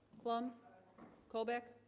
clum colbeck